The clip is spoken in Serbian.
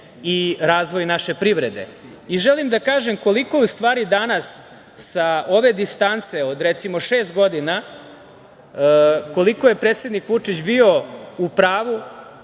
i razvoj naše privrede. Želim da kažem koliko u stvari danas sa ove distance od recimo šest godina koliko je predsednik Vučić bio u pravu